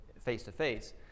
face-to-face